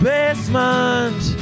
Basement